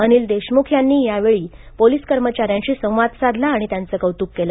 अनिल देशमुख यांनी यावेळी पोलिस कर्मचाऱ्यांशी संवाद साधला आणि त्यांच कौत्क केलं